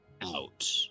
out